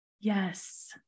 Yes